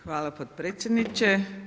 Hvala potpredsjedniče.